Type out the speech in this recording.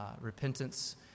repentance